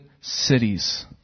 cities